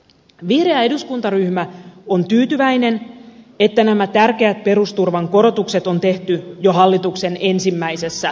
vihreä eduskuntaryhmä on tyytyväinen että nämä tärkeät perusturvan korotukset on tehty jo hallituksen ensimmäisessä talousarviossa